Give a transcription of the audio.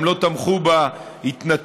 הם לא תמכו בהתנתקות.